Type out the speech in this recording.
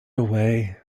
away